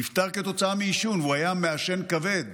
נפטר כתוצאה מעישון, והוא היה מעשן כבד.